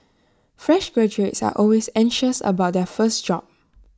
fresh graduates are always anxious about their first job